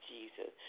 Jesus